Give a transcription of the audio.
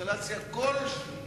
בקונסטלציה כלשהי,